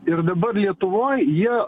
ir dabar lietuvoj jie